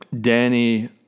Danny